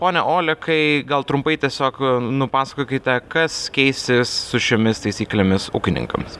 pone olekai gal trumpai tiesiog nupasakokite kas keisis su šiomis taisyklėmis ūkininkams